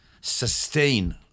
sustain